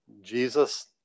Jesus